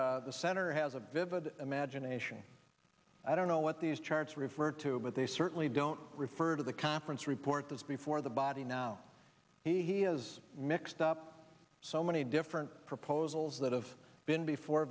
president the senator has a vivid imagination i don't know what these charts refer to but they certainly don't refer to the conference report this before the oddie now he has mixed up so many different proposals that have been before